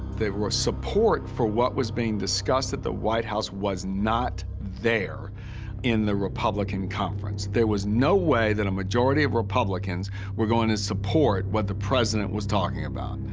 there was support for what was being discussed at the white house was not there in the republican conference. there was no way that a majority of republicans were going to support what the president was talking about.